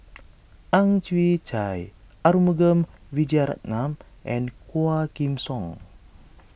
Ang Chwee Chai Arumugam Vijiaratnam and Quah Kim Song